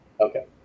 Okay